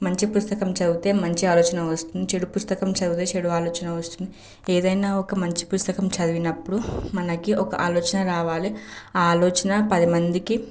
మంచి పుస్తకం చదివితే మంచి ఆలోచన వస్తుంది చెడు పుస్తకం చదివితే చెడు ఆలోచన వస్తుంది ఏదైనా ఒక మంచి పుస్తకం చదివినప్పుడు మనకి ఒక ఆలోచన రావాలి ఆ ఆలోచన పది మందికి